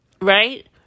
right